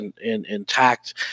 intact